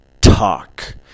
Talk